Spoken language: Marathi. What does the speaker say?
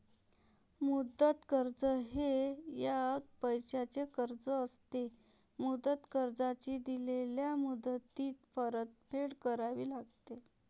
मुदत कर्ज हे एक पैशाचे कर्ज असते, मुदत कर्जाची दिलेल्या मुदतीत परतफेड करावी लागते